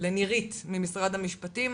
לנירית להב ממשרד המשפטים.